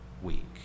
Week